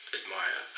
admire